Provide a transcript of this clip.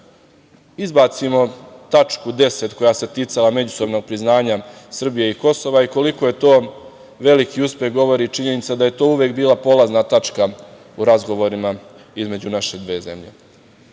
izbacimo tačku 10) koja se ticala međusobnog priznanja Srbije i Kosova. Koliko je to veliki uspeh govori činjenica da je to uvek bila polazna tačka u razgovorima između naše dve zemlje. Pored